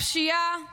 הפשיעה עולה,